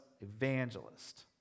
evangelist